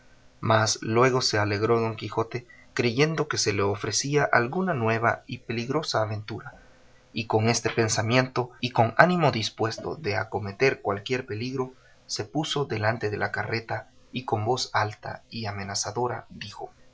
mas luego se alegró don quijote creyendo que se le ofrecía alguna nueva y peligrosa aventura y con este pensamiento y con ánimo dispuesto de acometer cualquier peligro se puso delante de la carreta y con voz alta y amenazadora dijo